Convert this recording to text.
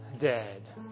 dead